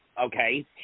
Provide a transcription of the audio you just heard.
okay